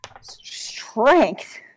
Strength